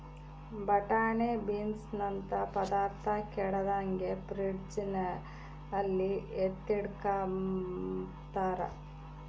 ಬಟಾಣೆ ಬೀನ್ಸನಂತ ಪದಾರ್ಥ ಕೆಡದಂಗೆ ಫ್ರಿಡ್ಜಲ್ಲಿ ಎತ್ತಿಟ್ಕಂಬ್ತಾರ